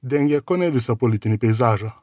dengia kone visą politinį peizažą